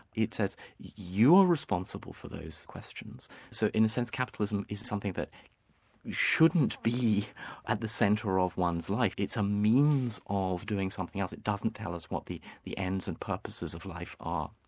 it says you are responsible for those questions. so in a sense, capitalism is something that shouldn't be at the centre of one's life, it's a means of doing something. it doesn't tell us what the the ends and purposes of life are.